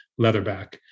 leatherback